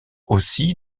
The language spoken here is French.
aussi